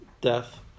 death